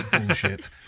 bullshit